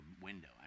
window